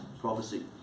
prophecy